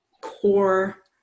core